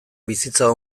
bizitza